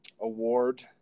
award